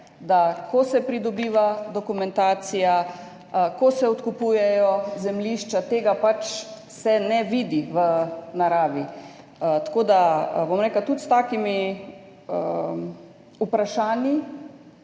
da ko se pridobiva dokumentacija, ko se odkupujejo zemljišča, se tega pač ne vidi v naravi. Tako da bom rekla, tudi s takimi vprašanji